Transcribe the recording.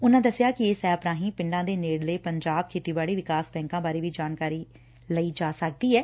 ਉਨਾਂ ਦਸਿਆ ਕਿ ਇਸ ਐਪ ਰਾਹੀਂ ਪਿੰਡਾਂ ਦੇ ਨੇੜਲੇ ਪੰਜਾਬ ਖੇਤੀਬਾੜੀ ਵਿਕਾਸ ਬੈਂਕਾਂ ਬਾਰੇ ਵੀ ਜਾਣਕਾਰੀ ਹਾਸਲ ਕੀਤੀ ਜਾ ਸਕਦੀ ਐ